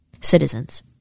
Citizens